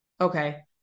Okay